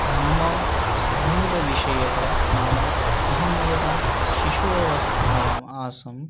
मम मूलविषयः नाम अहं यदा शिशोः अवस्थायाम् आसम्